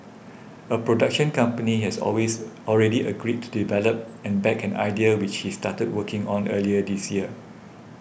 a production company has always already agreed to develop and back an idea which he started working on earlier this year